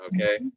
Okay